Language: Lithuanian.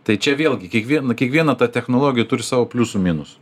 tai čia vėlgi kiekvien kiekviena ta technologija turi savo pliusų minusų